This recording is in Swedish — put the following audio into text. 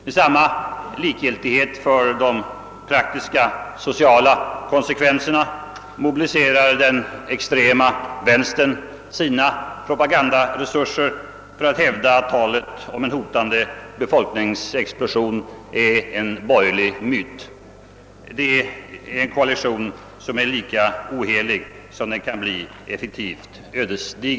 Med samma likgiltighet för de praktiska sociala konsekvenserna mobiliserar den extrema vänstern sina propagandaresurser för att hävda att talet om en hotande befolkningsexplosion är en borgerlig myt. Det är en koalition som är lika ohelig som den kan bli ödesdigert effektiv.